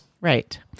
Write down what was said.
Right